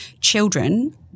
children